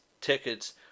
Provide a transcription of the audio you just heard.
tickets